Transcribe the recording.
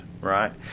right